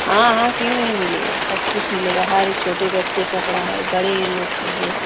हाँ हाँ क्यों नहीं मिलेगा सब कुछ मिलेगा हर एक छोटे बच्चे कपड़ा है बड़े लोग के हैं